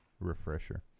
Refresher